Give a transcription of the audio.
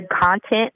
content